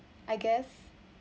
I guess